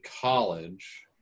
college